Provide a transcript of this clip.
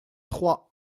trois